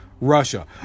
Russia